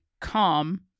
calm